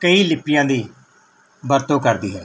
ਕਈ ਲਿਪੀਆਂ ਦੀ ਵਰਤੋਂ ਕਰਦੀ ਹੈ